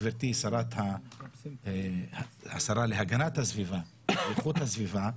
גבירתי השרה לאיכות הסביבה,